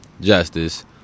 justice